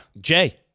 Jay